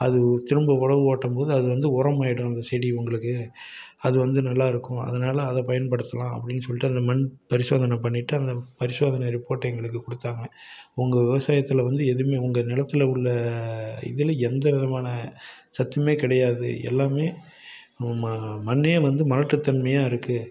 அது திரும்ப உழவு ஓட்டும்போது அது வந்து உரம் ஆகிடும் அந்த செடி உங்களுக்கு அது வந்து நல்லா இருக்கும் அதனால அதை பயன்படுத்துலாம் அப்படின்னு சொல்லிட்டு அந்த மண் பரிசோதனை பண்ணிவிட்டு அந்த பரிசோதனை ரிப்போர்ட்டை எங்களுக்கு கொடுத்தாங்க உங்கள் விவசாயத்தில் வந்து எதுவும் உங்கள் நிலத்துல உள்ள இதில் எந்த விதமான சத்தும் கிடையாது எல்லாம் மண் வந்து மலட்டுத்தன்மையாக இருக்கு